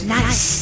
Nice